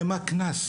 למה קנס?